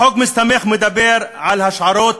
החוק מסתמך ומדבר על השערות,